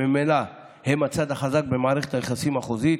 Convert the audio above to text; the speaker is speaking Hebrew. שממילא הם הצד החזק במערכת היחסים החוזית,